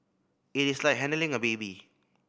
it is like handling a baby